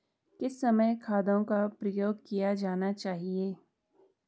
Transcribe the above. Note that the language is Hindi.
किस समय खादों का प्रयोग किया जाना चाहिए?